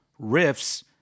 riffs